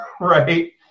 right